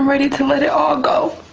ready to let it all go.